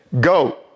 Go